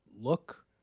look